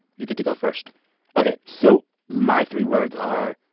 you get to go first ok, so my three words are,